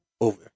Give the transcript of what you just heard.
over